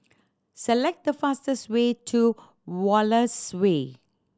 select the fastest way to Wallace Way